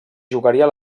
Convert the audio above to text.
jugaria